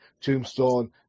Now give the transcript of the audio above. Tombstone